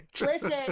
Listen